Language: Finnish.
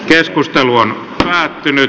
keskustelu päättyi